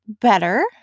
better